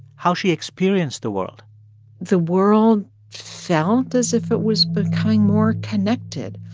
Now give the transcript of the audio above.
how she experienced the world the world felt as if it was becoming more connected.